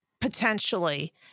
potentially